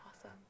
awesome